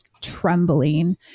trembling